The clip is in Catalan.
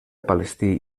palestí